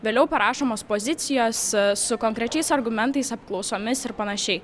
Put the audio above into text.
vėliau parašomos pozicijos su konkrečiais argumentais apklausomis ir panašiai